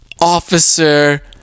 Officer